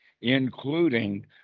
including